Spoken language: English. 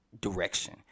direction